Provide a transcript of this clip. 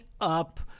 up